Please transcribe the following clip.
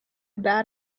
bad